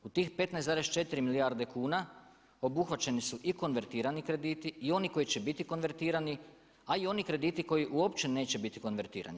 U tih 15,4 milijarde kuna obuhvaćeni su i konvertirani krediti i oni koji će biti konvertirani, a i oni krediti koji uopće neće biti konvertirani.